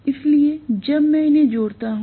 इसलिए जब मैं उन्हें जोड़ता हूं